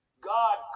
God